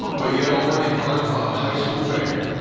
um but yet already part of a high school band.